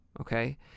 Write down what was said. okay